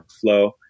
flow